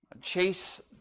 Chase